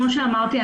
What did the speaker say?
כמו שאמרתי,